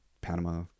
Panama